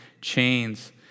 chains